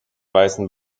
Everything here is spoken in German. weißen